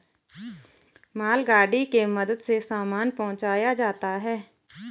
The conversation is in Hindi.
मालगाड़ी के मदद से सामान पहुंचाया जाता है